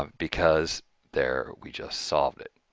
ah because there, we just solved it!